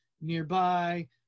nearby